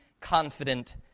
confident